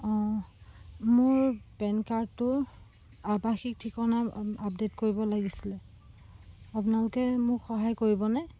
অঁ মোৰ পেন কাৰ্ডটো আৱাসিক ঠিকনা আ আপডেট কৰিব লাগিছিলে আপোনালোকে মোক সহায় কৰিবনে